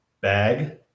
bag